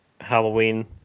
Halloween